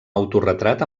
autoretrat